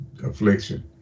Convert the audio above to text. Affliction